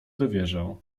dowierzał